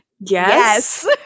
Yes